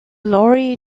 lorry